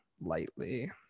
lightly